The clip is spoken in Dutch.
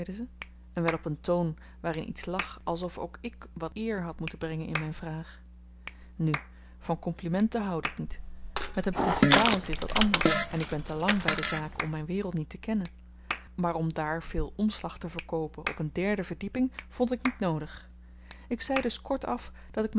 en wel op een toon waarin iets lag alsof ook ik wat eer had moeten brengen in myn vraag nu van komplimenten houd ik niet met een principaal is dit wat anders en ik ben te lang by de zaken om myn wereld niet te kennen maar om daar veel omslag te verkoopen op een derde verdieping vond ik niet noodig ik zei dus kort-af dat ik